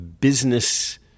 business